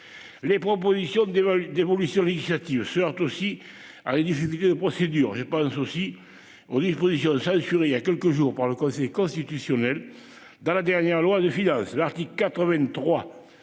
Les propositions des vols d'évolution législative se aussi à la difficulté de procédure, j'ai pas un souci on disposition censurée, il y a quelques jours par le Conseil constitutionnel dans la dernière loi de finances. L'article 83.